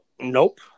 nope